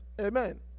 Amen